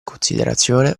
considerazione